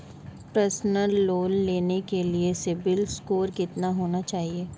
Personal loan लेने के लिए सिबिल स्कोर कितना होना चाहिए?